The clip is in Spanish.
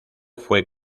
fue